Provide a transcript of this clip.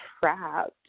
trapped